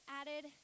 added